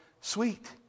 sweet